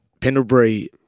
Pendlebury